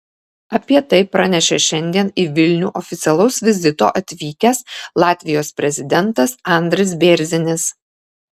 apie tai pranešė šiandien į vilnių oficialaus vizito atvykęs latvijos prezidentas andris bėrzinis